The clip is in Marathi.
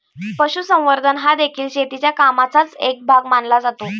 पशुसंवर्धन हादेखील शेतीच्या कामाचाच एक भाग मानला जातो